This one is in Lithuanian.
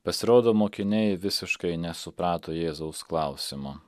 pasirodo mokiniai visiškai nesuprato jėzaus klausimo